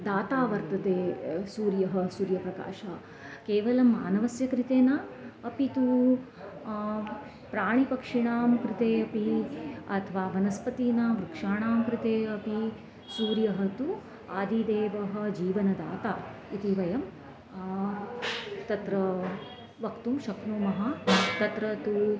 दाता वर्तते सूर्यः सूर्यप्रकाशः केवलं मानवस्य कृते न अपि तु प्राणिपक्षिणां कृते अपि अथवा वनस्पतीनां वृक्षाणां कृते अपि सूर्यः तु आदिदेवः जीवनदाता इति वयं तत्र वक्तुं शक्नुमः तत्र तु